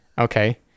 Okay